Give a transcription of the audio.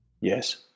Yes